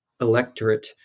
electorate